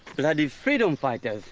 and and freedom fighter.